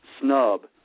snub